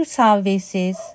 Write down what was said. services